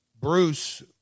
Bruce